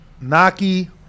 Naki